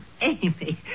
Amy